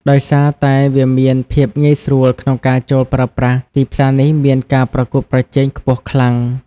ដោយសារតែវាមានភាពងាយស្រួលក្នុងការចូលប្រើប្រាស់ ទីផ្សារនេះមានការប្រកួតប្រជែងខ្ពស់ខ្លាំង។